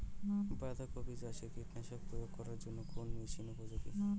বাঁধা কপি চাষে কীটনাশক প্রয়োগ করার জন্য কোন মেশিন উপযোগী?